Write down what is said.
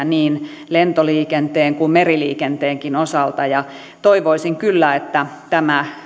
niin lentoliikenteen kuin meriliikenteenkin osalta toivoisin kyllä että tämä